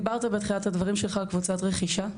דיברת בהתחלה של הדברים שלך על קבוצת רכישה.